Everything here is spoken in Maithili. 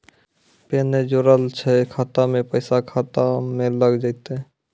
पैन ने जोड़लऽ छै खाता मे पैसा खाता मे लग जयतै?